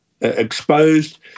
exposed